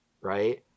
right